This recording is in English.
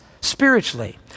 spiritually